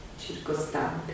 circostante